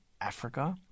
Africa